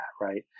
right